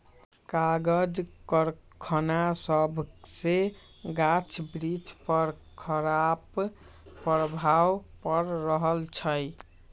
कागज करखना सभसे गाछ वृक्ष पर खराप प्रभाव पड़ रहल हइ